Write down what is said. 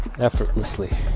effortlessly